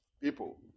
people